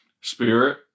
spirit